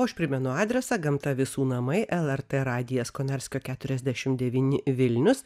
aš primenu adresą gamta visų namai lrt radijas konarskio keturiasdešimt devyni vilnius